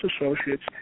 associates